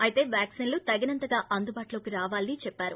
అయితే వ్యాక్సిన్లు తగినంతగా అందుబాటులోకి రావాలని అన్నారు